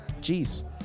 Jeez